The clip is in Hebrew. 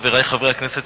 חברי חברי הכנסת,